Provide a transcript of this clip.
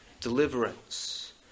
deliverance